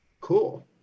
cool